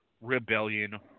Rebellion